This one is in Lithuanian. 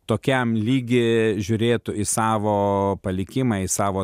tokiam lygy žiūrėtų į savo palikimą į savo